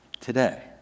today